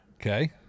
Okay